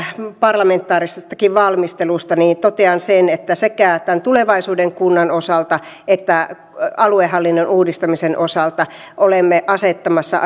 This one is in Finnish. parlamentaarisestakin valmistelusta niin totean sen että sekä tämän tulevaisuuden kunnan osalta että aluehallinnon uudistamisen osalta olemme asettamassa